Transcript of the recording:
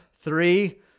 three